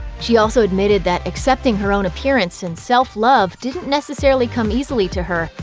she also admitted that accepting her own appearance and self-love didn't necessarily come easily to her,